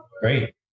Great